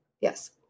Yes